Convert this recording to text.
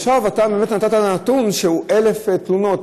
עכשיו, באמת נתת את הנתון של 1,000 תלונות.